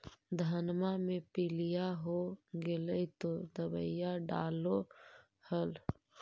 धनमा मे पीलिया हो गेल तो दबैया डालो हल?